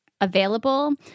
available